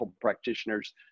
practitioners